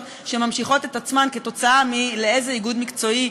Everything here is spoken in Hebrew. שממשיכות את עצמן מכך שלאיזה איגוד מקצועי,